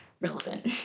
relevant